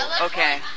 Okay